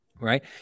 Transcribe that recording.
Right